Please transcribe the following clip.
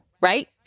right